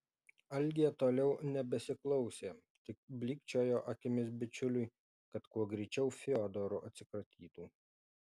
algė toliau nebesiklausė tik blykčiojo akimis bičiuliui kad kuo greičiau fiodoru atsikratytų